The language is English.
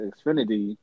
Xfinity